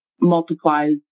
multiplies